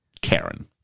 Karen